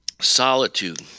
Solitude